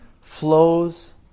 flows